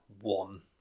one